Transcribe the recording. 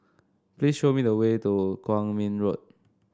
please show me the way to Kwong Min Road